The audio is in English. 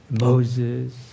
Moses